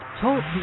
Talk